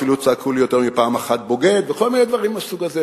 אפילו צעקו לי יותר מפעם אחת "בוגד" וכל מיני דברים מהסוג הזה.